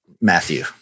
Matthew